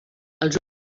els